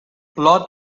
lot